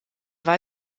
war